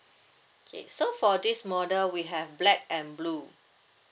okay so for this model we have black and blue